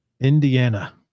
Indiana